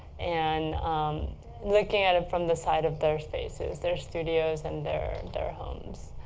and um and looking at it from the side of their spaces, their studios. and their their homes.